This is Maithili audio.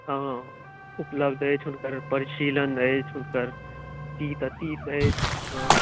हँ उपलब्ध अछि हुनकर परिशीलन अछि हुनकर तीत अतीत अछि